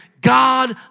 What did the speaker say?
God